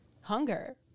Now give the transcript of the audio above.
hunger